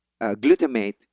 glutamate